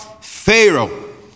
Pharaoh